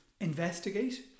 investigate